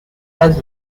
has